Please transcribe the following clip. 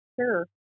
sure